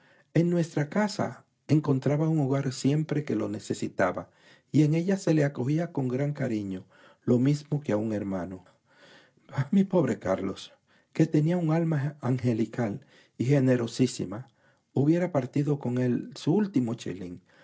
en nuestra casa encontraba un hogar siempre que lo necesitaba y en ella se le acogía con gran cariño lo mismo que a un hermano mi pobre carlos que tenía un alma angelical y generosísima hubiera partido con él su último chelín